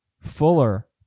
Fuller